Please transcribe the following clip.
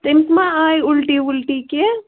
تٔمِس ما آے اُلٹی وُلٹی کیٚنٛہہ